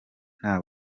nta